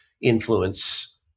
influence